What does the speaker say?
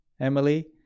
emily